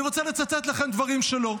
ואני רוצה לצטט לכם דברים שלו.